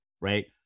right